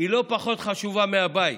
לא פחות חשובה מהבית,